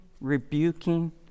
rebuking